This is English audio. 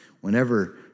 Whenever